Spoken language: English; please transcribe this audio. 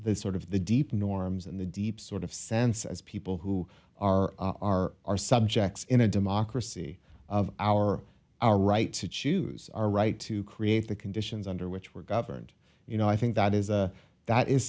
the sort of the deep norms and the deep sort of sense as people who are are our subjects in a democracy of our our right to choose our right to create the conditions under which were governed you know i think that is a that is